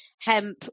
Hemp